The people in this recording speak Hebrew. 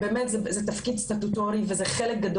זה תפקיד סטטוטורי וזה חלק,